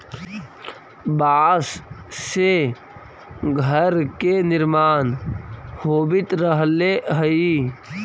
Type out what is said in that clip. बाँस से घर के निर्माण होवित रहले हई